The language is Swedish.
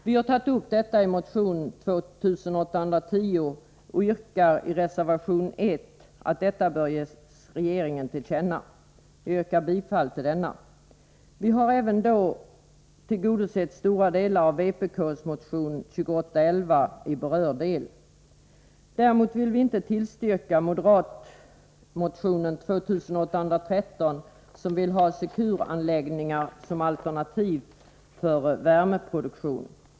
Vi har tagit upp detta i motion 2810 och yrkar i reservation 1 att detta bör ges regeringen till känna. Jag yrkar bifall till den reservationen. Vi har då även tillgodosett stora delar av vpk:s motion 2811 i berörd del. Däremot vill vi inte tillstyrka moderatmotionen 2813, där man vill ha Secure-anläggningar som alternativ för värmeproduktion.